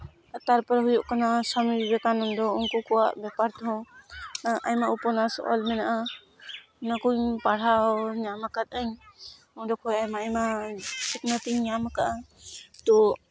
ᱛᱟᱨᱯᱚᱨᱮ ᱦᱩᱭᱩᱜ ᱠᱟᱱᱟ ᱥᱟᱢᱤ ᱵᱤᱵᱮᱠᱟᱱᱫᱚ ᱩᱱᱠᱩ ᱠᱚᱣᱟᱜ ᱵᱮᱯᱟᱨ ᱛᱮᱦᱚᱸ ᱟᱭᱢᱟ ᱩᱯᱚᱱᱱᱟᱥ ᱚᱞ ᱢᱮᱱᱟᱜᱼᱟ ᱱᱚᱣᱟ ᱠᱚᱧ ᱯᱟᱲᱦᱟᱣ ᱧᱟᱢ ᱟᱠᱟᱫᱟᱹᱧ ᱚᱸᱰᱮ ᱠᱷᱚᱡ ᱟᱭᱢᱟ ᱟᱭᱢᱟ ᱥᱤᱠᱷᱱᱟᱹᱛᱤᱧ ᱧᱟᱢ ᱟᱠᱟᱫᱟ ᱛᱳ